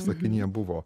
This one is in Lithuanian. sakinyje buvo